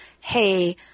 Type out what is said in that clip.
hey